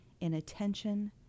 inattention